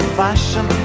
fashion